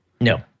No